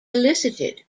elicited